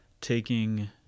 taking